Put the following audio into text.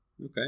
Okay